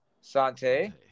sante